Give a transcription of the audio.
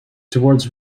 towards